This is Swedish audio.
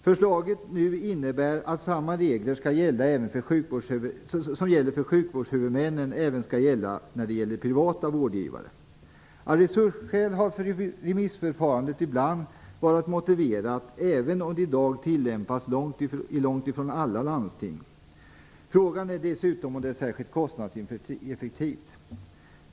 Förslaget innebär att samma regler som gäller för sjukvårdshuvudmännen även skall gälla för privata vårdgivare. Av resursskäl har ett remissförfarande ibland varit motiverat, även om det i dag tillämpas i långt ifrån alla landsting. Frågan är dessutom om det är särskilt kostnadseffektivt.